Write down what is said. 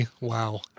Wow